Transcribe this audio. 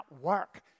work